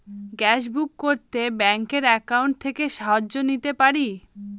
Gas book করতে ব্যাংকের account থেকে সাহায্য নিতে পারি?